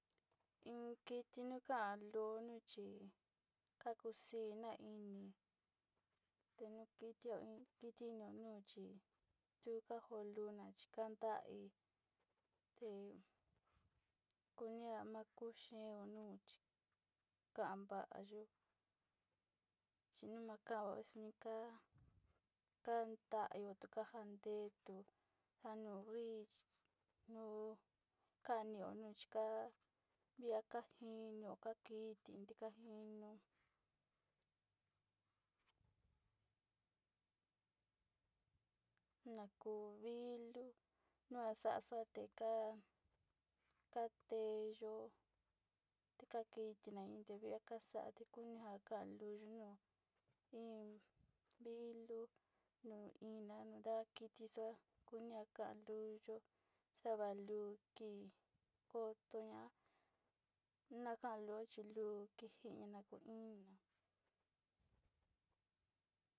Iin kiti ni kan luniti kakuxina ini tenokitio iin kiti ño ñoxi chunga njo luna chukanda hí he kunia makuxheo onuu kanda yuu chinio makao njuni ka'a kandaio kanjan ndé tuu njanio hí nuu kanio nixka viaka njinió kakii nindikan njí iño nko viló nuaxaxuate ka'a kateyo tekaki njunain tevia kaxate njun inja kaluyu iin viluu nuu iná dakiti xuu kunian kanduyu xavalukí kotoña nakan yó jilu kinjinia kuu iin.